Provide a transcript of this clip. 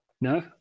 No